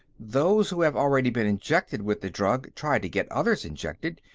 those who have already been injected with the drug try to get others injected.